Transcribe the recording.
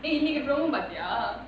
eh இன்னைக்கு பார்த்தியா:innaiku paarthiyaa